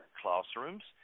classrooms